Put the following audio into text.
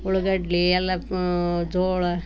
ಉಳ್ಗಡ್ಡೆ ಎಲ್ಲ ಜೋಳ